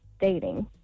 dating